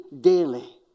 daily